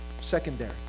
secondary